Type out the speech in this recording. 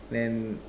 plan